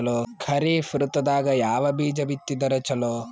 ಖರೀಫ್ ಋತದಾಗ ಯಾವ ಬೀಜ ಬಿತ್ತದರ ಚಲೋ?